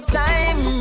time